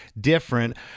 different